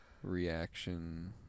Reaction